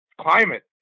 climate